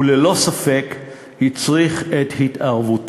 וללא ספק הצריך את התערבותנו,